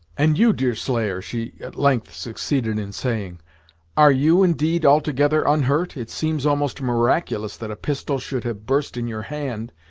and you, deerslayer, she at length succeeded in saying are you, indeed, altogether unhurt? it seems almost miraculous that a pistol should have burst in your hand,